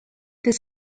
this